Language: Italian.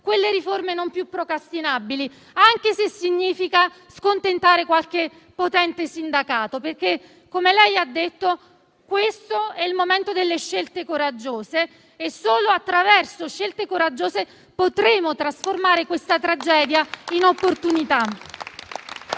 quelle riforme non più procrastinabili, anche se ciò significa scontentare qualche potente sindacato, perché - come lei ha detto - questo è il momento delle scelte coraggiose e solo attraverso queste ultime potremo trasformare questa tragedia in opportunità.